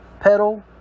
pedal